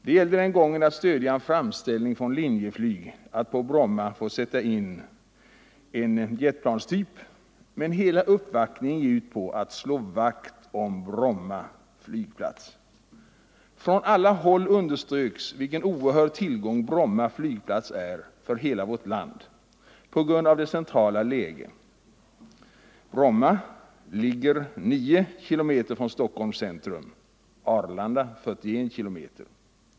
Man ville den gången stödja en fram Om bibehållande ställning från Linjeflyg att på Bromma få sätta in en jetplanstyp, men av Bromma hela uppvaktningen gick främst ut på att slå vakt om Bromma flygplats. — flygplats Från alla håll underströks vilken oerhörd tillgång Bromma flygplats är för hela vårt land på grund av sitt centrala läge. Bromma ligger 9 kilometer från Stockholms centrum, Arlanda 41 kilometer.